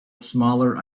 smaller